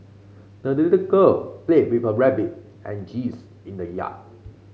the little girl played with her rabbit and geese in the yard